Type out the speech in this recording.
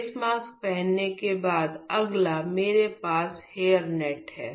face mask पहनने के बाद अगला मेरे पास हेयरनेट है